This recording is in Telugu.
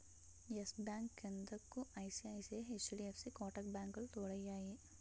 ఎస్ బ్యాంక్ క్రిందకు ఐ.సి.ఐ.సి.ఐ, హెచ్.డి.ఎఫ్.సి కోటాక్ బ్యాంకులు తోడయ్యాయి